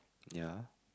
ya